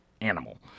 animal